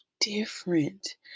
different